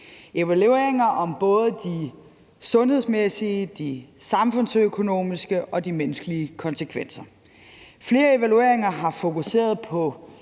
evalueringer om både de sundhedsmæssige, de samfundsøkonomiske og de menneskelige konsekvenser. Flere evalueringer har fokuseret på